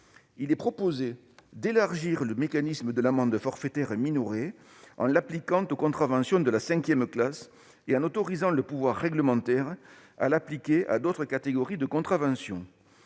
Il est proposé d'élargir le mécanisme de l'amende forfaitaire minorée, en l'appliquant aux contraventions de la cinquième classe et en autorisant le pouvoir réglementaire à l'étendre à d'autres catégories de contraventions.